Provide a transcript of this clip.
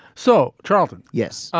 so charlton. yes.